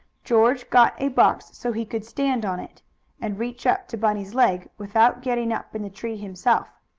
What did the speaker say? george got a box, so he could stand on it and reach up to bunny's leg without getting up in the tree himself.